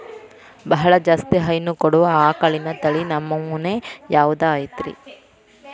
ಬಹಳ ಜಾಸ್ತಿ ಹೈನು ಕೊಡುವ ಆಕಳಿನ ತಳಿ ನಮೂನೆ ಯಾವ್ದ ಐತ್ರಿ?